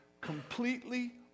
completely